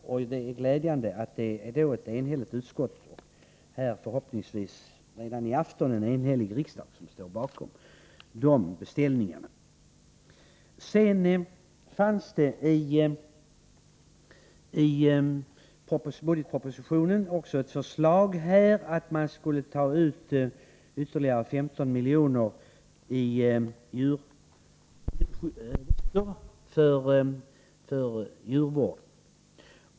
Det är glädjande att ett enhälligt utskott, och förhoppningsvis redan i afton en enhällig riksdag, står bakom dessa beställningar. Det fanns i budgetpropositionen också ett förslag om att man skulle ta ut ytterligare 15 miljoner i veterinäravgifter för djurvård.